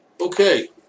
Okay